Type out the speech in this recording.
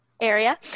area